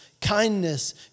kindness